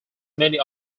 many